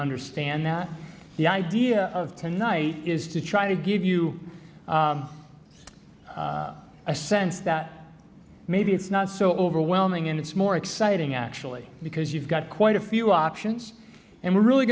understand that the idea of tonight is to try to give you a sense that maybe it's not so overwhelming and it's more exciting actually because you've got quite a few options and we're really